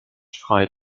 frei